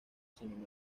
sino